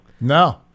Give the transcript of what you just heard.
no